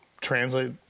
translate